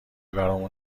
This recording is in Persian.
برامون